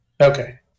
Okay